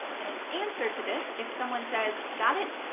and an answer to this, if someone says, got it,